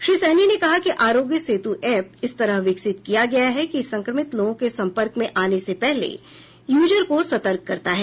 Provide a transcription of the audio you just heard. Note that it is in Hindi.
श्री साहनी ने कहा कि आरोग्य सेतु एप इस तरह विकसित किया गया है कि संक्रमित लोगों के सम्पर्क में आने से पहले यूजर को सतर्क करता है